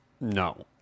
No